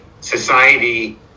society